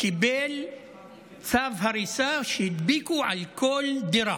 קיבל צו הריסה, שהדביקו על כל דירה.